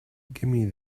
gimme